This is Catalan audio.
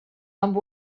amb